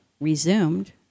resumed